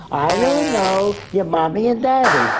i don't know. your mommy and daddy.